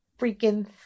freaking